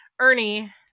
Ernie